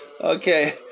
Okay